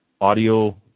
audio